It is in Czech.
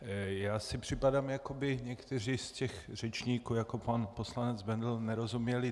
Já si připadám jako by tomu někteří z těch řečníků, jako pan poslanec Bendl, nerozuměli.